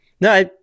No